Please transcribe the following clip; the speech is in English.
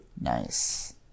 Nice